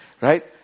right